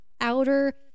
outer